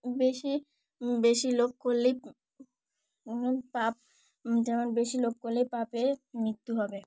বেশি বেশি লোভ করলেই পাপ যেমন বেশি লোভ করলেই পাপে মৃত্যু হবে